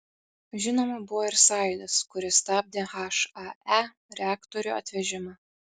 žinoma buvo ir sąjūdis kuris stabdė hae reaktorių atvežimą